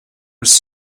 was